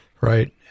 Right